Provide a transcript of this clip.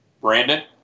Brandon